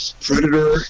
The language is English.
Predator